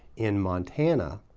in montana,